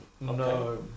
No